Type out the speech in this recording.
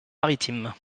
maritime